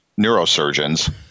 neurosurgeons